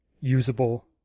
usable